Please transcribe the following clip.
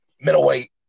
middleweight